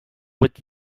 with